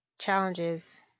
challenges